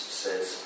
says